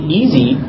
easy